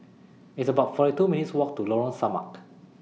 It's about forty two minutes' Walk to Lorong Samak